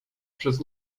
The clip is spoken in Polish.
przez